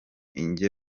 ijyanye